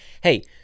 hey